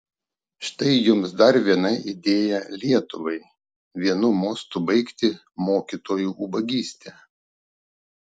štai jums dar viena idėja lietuvai vienu mostu baigti mokytojų ubagystę